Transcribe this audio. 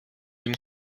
dem